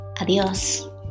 Adiós